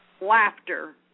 laughter